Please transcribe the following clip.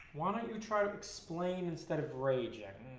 why don't you try to explain instead of raging?